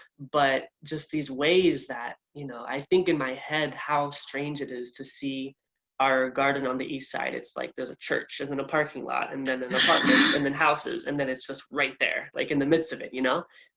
but just these ways that you know i think in my head how strange it is to see our garden on the east side. it's like there's a church and and a parking lot and then an apartment and then houses and then it's just right there, like in the midst of it you know.